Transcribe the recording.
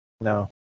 No